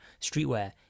streetwear